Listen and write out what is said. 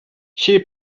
she